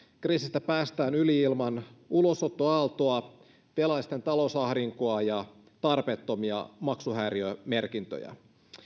kriisistä päästään yli ilman ulosottoaaltoa velallisten talousahdinkoa ja tarpeettomia maksuhäiriömerkintöjä